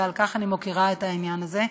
ואני מוקירה את העניין הזה,